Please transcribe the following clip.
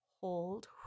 hold